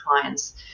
clients